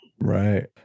Right